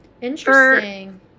Interesting